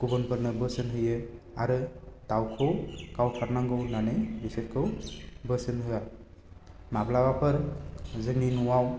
गुबुनफोरनो बोसोन होयो आरो दावखौ गावथारनांगौ होननानै आङो बोसोन होआ माब्लाबाफोर जोंनि नआव